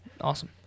Awesome